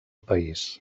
país